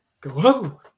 go